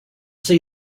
see